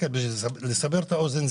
לסבר את האוזן,